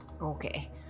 Okay